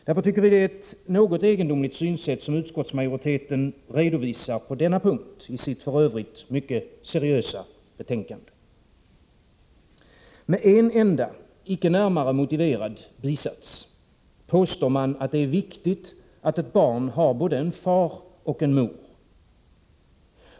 Därför är det ett något egendomligt synsätt, som utskottsmajoriteten redovisar på denna punkt i sitt f.ö. mycket seriösa betänkande. Med en enda — icke närmare motiverad — bisats påstår man att det är viktigt att ett barn har både en far och en mor.